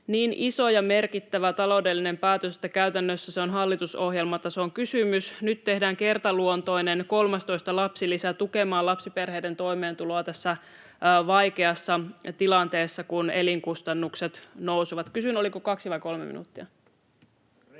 niin iso ja merkittävä taloudellinen päätös, että käytännössä se on hallitusohjelmatason kysymys. Nyt tehdään kertaluontoinen kolmastoista lapsilisä tukemaan lapsiperheiden toimeentuloa tässä vaikeassa tilanteessa, kun elinkustannukset nousevat. — Kysyn, oliko kaksi vai kolme minuuttia.